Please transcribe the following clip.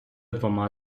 двома